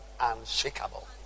unshakable